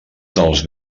dels